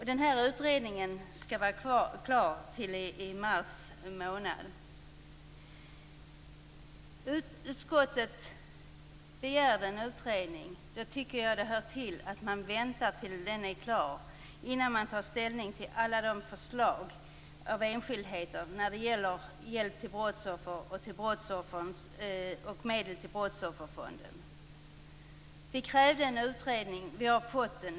Den här utredningen skall vara klar i mars månad. Utskottet begärde en utredning. Då tycker jag att det hör till att man väntar tills den är klar innan man tar ställning till alla de enskilda förslag som gäller hjälp till brottsoffer och medel till Brottsofferfonden. Vi krävde en utredning. Vi har fått den.